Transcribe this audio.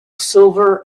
silver